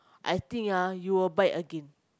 I think ah you will buy again